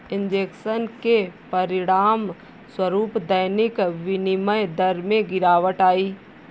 injection के परिणामस्वरूप दैनिक विनिमय दर में गिरावट आई